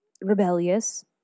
rebellious